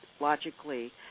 logically